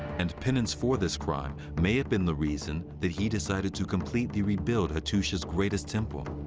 and penance for this crime may have been the reason that he decided to completely rebuild hattusha's greatest temple.